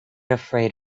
afraid